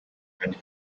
and